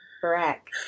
Correct